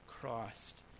Christ